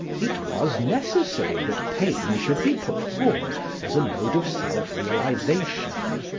it was necessary that pain should be put forward as a mode of self realisation.